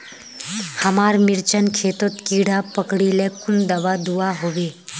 हमार मिर्चन खेतोत कीड़ा पकरिले कुन दाबा दुआहोबे?